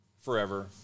Forever